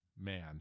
Man